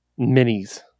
minis